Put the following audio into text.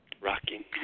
Rocking